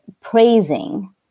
praising